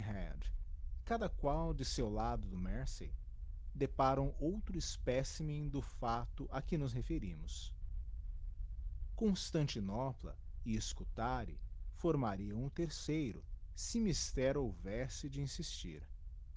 ebirkenhead cada qual de seu lado do mersey deparam outro specimen do facto a que nos referimos constantinopla e scutari formariam o terceiro se mister houvesse de insistir